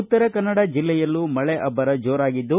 ಉತ್ತರ ಕನ್ನಡ ಜಿಲ್ಲೆಯಲ್ಲೂ ಮಳೆ ಅಬ್ಬರ ಜೋರಾಗಿದ್ದು